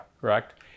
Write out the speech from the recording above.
Correct